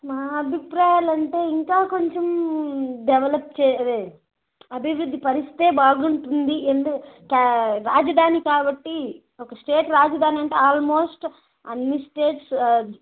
మా అభిప్రాయాలంటే ఇంకా కొంచెం డెవలప్ చె అదే అభివృద్ధి పరిస్తే బాగుంటుంది రాజధాని కాబట్టి ఒక స్టేట్ రాజధాని అంటే అల్మోస్ట్ అన్నీ స్టేట్స్